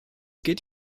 geht